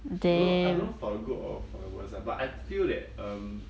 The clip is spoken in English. you know I don't know for good or for the worse ah but I feel that um